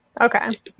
Okay